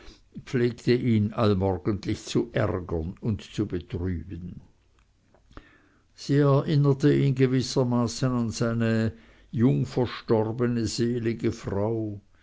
pflegte ihn allmorgendlich zu ärgern und zu betrüben sie erinnerte ihn gewissermaßen an seine jung verstorbene selige frau